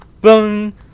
boom